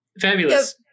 Fabulous